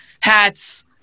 hats